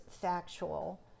factual